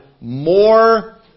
more